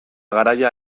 garaia